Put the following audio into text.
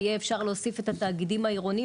יהיה אפשר להוסיף את התאגידים העירוניים,